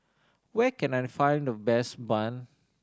where can I find the best bun